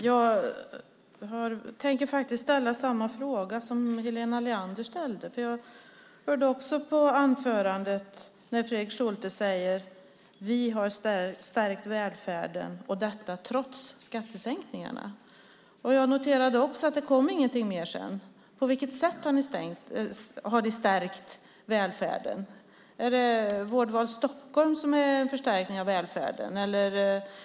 Fru talman! Jag tänker ställa samma fråga som Helena Leander ställde. Jag hörde också att Fredrik Schulte i sitt anförande sade: Vi har stärkt välfärden, och detta trots skattesänkningarna. Jag noterade även att det inte kom någonting mer sedan. På vilket sätt har ni stärkt välfärden? Är det Vårdval Stockholm som är en förstärkning av välfärden?